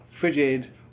frigid